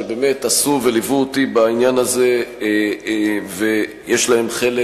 שעשו בעניין הזה וליוו אותי ויש להן חלק